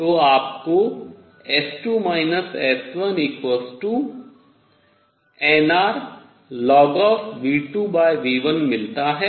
तो आपको S2 S1 n R log⁡V2V1 मिलता है